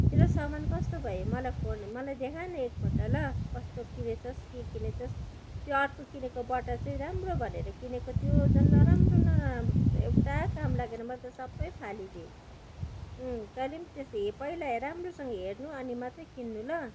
तेरो सामान कस्तो भयो मलाई फोन मलाई देखा न एकपल्ट ल कस्तो किनेछस् के किनेछस् त्यो अर्को किनेको बट्टा चाहिँ राम्रो भनेर किनेको त्यो झन् नराम्रो नराम्रो एउटा काम लागेन मैले त सबै फालिदिएँ तैँले नि त्यस्तो हे पहिला राम्रोसँगले हेर्नु अनि मात्र किन्नु ल